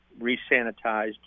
re-sanitized